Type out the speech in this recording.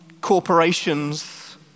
corporations